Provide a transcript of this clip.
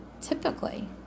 typically